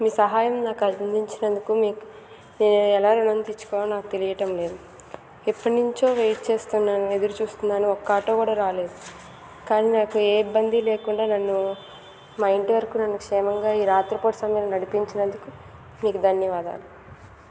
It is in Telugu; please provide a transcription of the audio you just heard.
మీ సహాయం నాకు అందించినందుకు మీకు నేను ఎలా ఋణం తీర్చుకోవాలో నాకు తెలియటం లేదు ఎప్పటినుంచో వెయిట్ చేస్తున్నాను ఎదురుచూస్తున్నాను ఒక ఆటో కూడా రాలేదు కానీ నాకు ఏ ఇబ్బంది లేకుండా నన్ను మా ఇంటి వరకు నన్ను క్షేమంగా ఈ రాత్రిపూట సమయంలో నడిపించినందుకు మీకు ధన్యవాదాలు